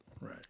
Right